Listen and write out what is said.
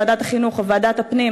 ועדת החינוך או ועדת הפנים,